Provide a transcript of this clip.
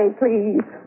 please